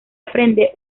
aprende